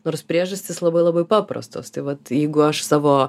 nors priežastys labai labai paprastos tai vat jeigu aš savo